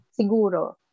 siguro